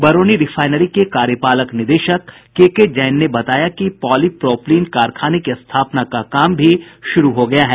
Barauni refinery के कार्यपालक निदेशक केके जैन ने बताया कि पॉली प्रोपलीन कारखाने की स्थापना का भी काम शुरू हो गया है